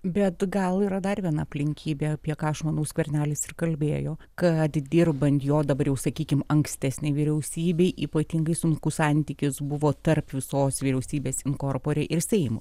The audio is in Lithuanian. bet gal yra dar viena aplinkybė apie ką aš manau skvernelis ir kalbėjo kad dirbant jo dabar jau sakykim ankstesnei vyriausybei ypatingai sunkus santykis buvo tarp visos vyriausybės in corpore ir seimo